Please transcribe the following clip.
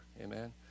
Amen